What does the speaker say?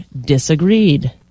disagreed